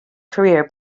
career